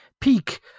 peak